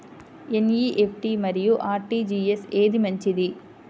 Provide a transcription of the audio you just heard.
NEFT మరియు RTGS ఏది మంచిది?